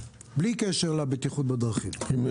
בלי קשר לבטיחות בדרכים.